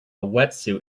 wetsuit